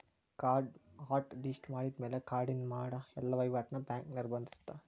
ಕಾರ್ಡ್ನ hot list ಮಾಡಿದ್ಮ್ಯಾಲೆ ಕಾರ್ಡಿನಿಂದ ಮಾಡ ಎಲ್ಲಾ ವಹಿವಾಟ್ನ ಬ್ಯಾಂಕ್ ನಿರ್ಬಂಧಿಸತ್ತ